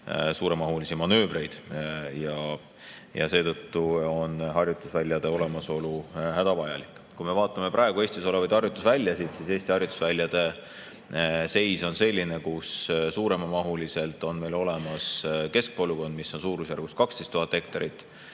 suuremahulisi manöövreid. Ja seetõttu on harjutusväljade olemasolu hädavajalik. Kui me vaatame praegu Eestis olevaid harjutusväljasid, siis Eesti harjutusväljade seis on selline, et suuremamahuliselt on meil olemas keskpolügoon, mis on suurusjärgus 12 000 hektarit,